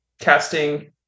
casting